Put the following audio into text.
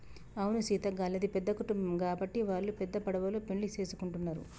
అవును సీత గళ్ళది పెద్ద కుటుంబం గాబట్టి వాల్లు పెద్ద పడవలో పెండ్లి సేసుకుంటున్నరు